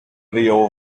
wyjął